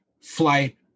flight